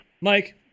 Mike